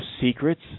secrets